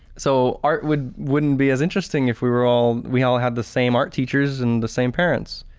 so art would wouldn't be as interesting if we were all we all had the same art teachers and the same parents.